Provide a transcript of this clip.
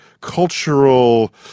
cultural